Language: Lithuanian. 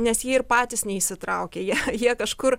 nes jie ir patys neįsitraukia jie jie kažkur